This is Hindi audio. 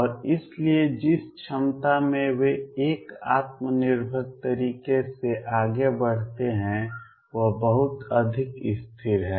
और इसलिए जिस क्षमता में वे एक आत्मनिर्भर तरीके से आगे बढ़ते हैं वह बहुत अधिक स्थिर है